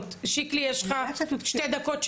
שיקלי יש לך שתי דקות שלך,